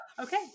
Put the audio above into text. Okay